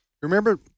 Remember